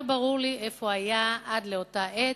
לא ברור לי איפה הוא היה עד לאותה עת,